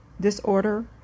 disorder